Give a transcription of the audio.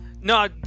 no